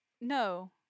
no